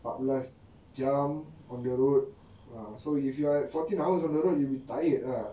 empat belas jam on the road ah so if you are at fourteen hours on the road you'll be tired ah